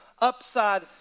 upside